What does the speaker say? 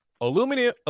aluminum